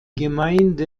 gemeinde